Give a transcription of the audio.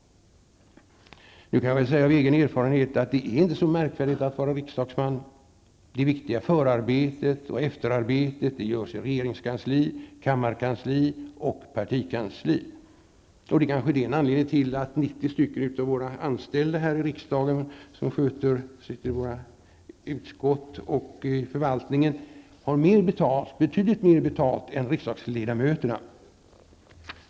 Jag kan emellertid av egen erfarenhet säga att det inte är så märkvärdigt att vara riksdagsman. Det viktiga förarbetet och efterarbetet görs i regeringskansli, kammarkansli och partikansli. Det kanske är en anledning till att 90 stycken av våra anställda här i riksdagen -- i utskott och i förvaltning -- har betydligt mer betalt än riksdagsledamöterna.